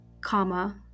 comma